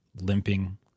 limping